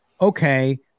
okay